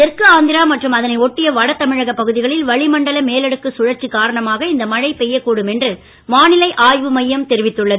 தெற்கு ஆந்திரா மற்றும் அதனை ஒட்டிய வடதமிழக பகுதிகளில் வளிமண்டல மேலடுக்கு சுழற்சி காரணமாக இந்த மழை பெய்யக் கூடும் என்று வானிலை ஆய்வு மையம் தெரிவித்துள்ளது